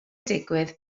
digwydd